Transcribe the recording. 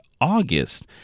August